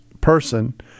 person